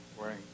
wearing